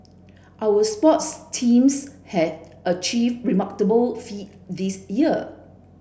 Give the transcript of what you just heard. our sports teams have achieved remarkable feat this year